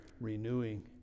renewing